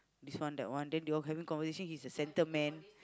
this one that one then they all having conversation he's the centre man